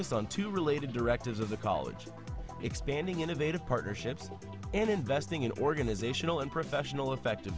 focus on two related directives of the college expanding innovative partnerships and investing in organizational and professional effective